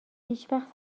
هیچوقت